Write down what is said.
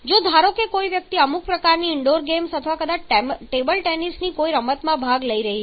જો ધારો કે કોઈ વ્યક્તિ અમુક પ્રકારની ઇન્ડોર ગેમ્સ અથવા કદાચ ટેબલ ટેનિસની કોઈ રમતમાં ભાગ લઈ રહી છે